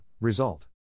result